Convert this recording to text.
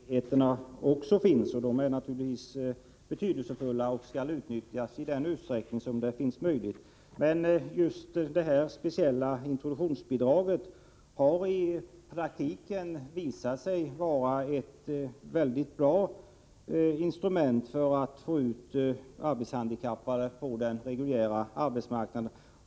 Fru talman! Jag är fullt medveten om de andra möjligheter som också finns. De är naturligtvis betydelsefulla och skall utnyttjas i så stor utsträckning som möjligt. Men just det speciella introduktionsbidraget har i praktiken visat sig vara ett mycket bra instrument för att få ut arbetshandikappade på den reguljära arbetsmarknaden.